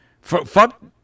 fuck